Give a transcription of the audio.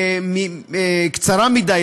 קצרה מדי,